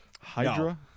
Hydra